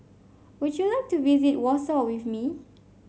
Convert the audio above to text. would you like to visit Warsaw with me